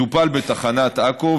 הוא טופל בתחנת עכו,